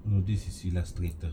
no this is illustrator